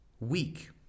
weak